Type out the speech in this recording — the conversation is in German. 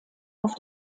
auf